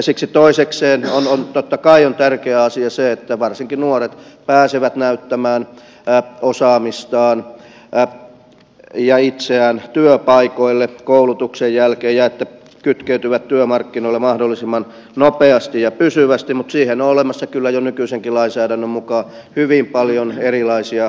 siksi toisekseen totta kai on tärkeä asia se että varsinkin nuoret pääsevät näyttämään osaamistaan ja itseään työpaikoille koulutuksen jälkeen ja että he kytkeytyvät työmarkkinoille mahdollisimman nopeasti ja pysyvästi mutta siihen on olemassa kyllä jo nykyisenkin lainsäädännön mukaan hyvin paljon erilaisia vaihtoehtoja